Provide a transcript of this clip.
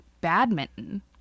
badminton